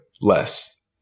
less